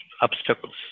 obstacles